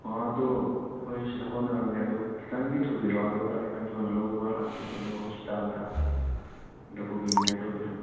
ꯍꯣ ꯑꯗꯨ ꯑꯩꯈꯣꯏꯁꯨ ꯁꯤꯗ ꯍꯣꯠꯅꯔꯝꯒꯦ ꯑꯗꯨ ꯈꯤꯇꯪꯗꯤ ꯊꯨꯕꯤꯔꯛꯑꯣ ꯑꯗꯨꯒ ꯈꯤꯇꯪ ꯊꯨꯅ ꯂꯧꯕ ꯂꯥꯛꯄꯤꯔꯣ ꯑꯗꯨꯒ ꯍꯣꯁꯄꯤꯇꯥꯜꯗ ꯑꯝꯇ ꯄꯨꯕꯤꯅꯤꯉꯥꯏ ꯇꯧꯕꯤꯔꯣ